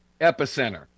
Epicenter